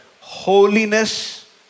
holiness